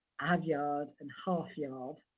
aveyard and haveyard,